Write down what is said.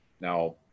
Now